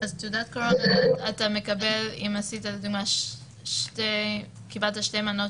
אז אתה מקבל אם עשית לדוגמא קיבלת שתי מנות